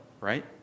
right